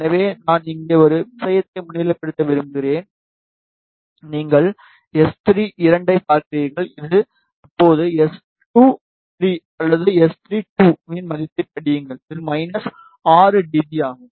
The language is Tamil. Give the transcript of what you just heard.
இப்போது நான் இங்கே ஒரு விஷயத்தை முன்னிலைப்படுத்த விரும்புகிறேன் நீங்கள் S32 ஐப் பார்க்கிறீர்கள் இது இப்போது S23 அல்லது S32 இன் மதிப்பைப் படியுங்கள் இது 6 dB ஆகும்